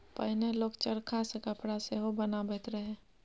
पहिने लोक चरखा सँ कपड़ा सेहो बनाबैत रहय